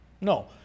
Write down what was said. No